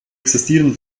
existieren